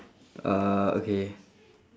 uh okay